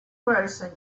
person